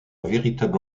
véritable